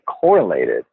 correlated